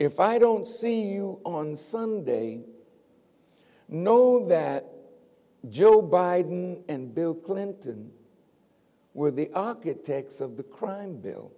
if i don't see you on sunday know that joe biden and bill clinton were the architects of the crime bill